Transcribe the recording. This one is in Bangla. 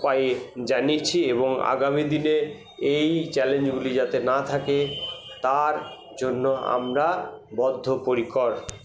উপায়ে জানিয়েছি এবং আগামীদিনে এই চ্যালেঞ্জগুলি যাতে না থাকে তার জন্য আমরা বদ্ধপরিকর